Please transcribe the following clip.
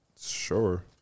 Sure